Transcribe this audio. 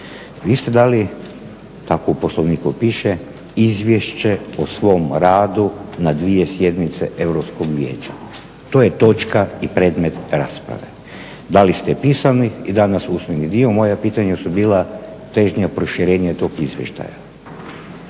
Vi ste dali, tako u Poslovniku piše, izvješće o svom radu na 2 sjednice Europskog vijeća. To je točka i predmet rasprave. Dali ste pisani i danas usmeni dio. Moja pitanja su bila težnja proširenja tog izvještaja.